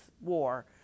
war